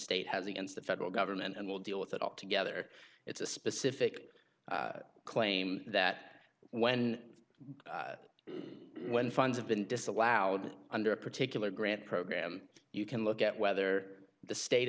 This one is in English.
state has against the federal government and we'll deal with that all together it's a specific claim that when when funds have been disallowed under a particular grant program you can look at whether the state